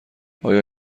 آیا